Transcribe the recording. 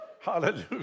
Hallelujah